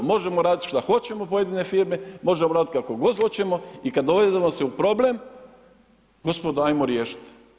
Možemo raditi šta hoćemo pojedine firme, možemo raditi kako god hoćemo i kad dovedemo se u problem, gospodo hajmo riješiti.